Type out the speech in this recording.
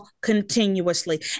continuously